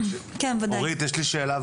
אורית, יש לי שאלה.